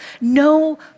no